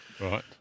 Right